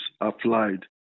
applied